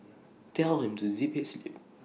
tell him to zip his lip